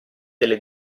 delle